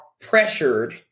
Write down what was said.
pressured